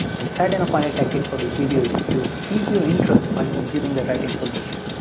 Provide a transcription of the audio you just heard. and third and a final technique for this video is to feed your interest by consuming the right information.